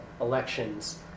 elections